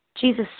Jesus